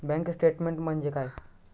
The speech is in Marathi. बँक स्टेटमेन्ट म्हणजे काय?